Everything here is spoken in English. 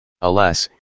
Alas